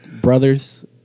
Brothers